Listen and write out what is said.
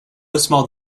small